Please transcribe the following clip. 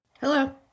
Hello